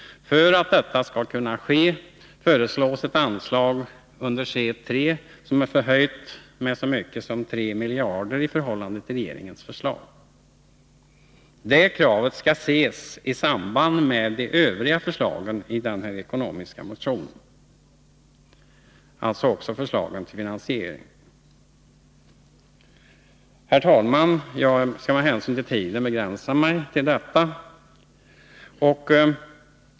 För att detta skall kunna ske föreslår vi ett anslag under punkten C 3 som är förhöjt med 3 miljarder i förhållande till regeringens förslag. Detta krav skall ses i samband med de övriga förslagen i den ekonomiska motionen, också förslagen om finansiering. Herr talman! Jag skall med hänsyn till tiden begränsa mig till detta.